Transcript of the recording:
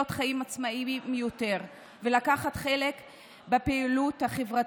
חיים עצמאיים יותר ולקחת חלק בפעילויות חברתיות.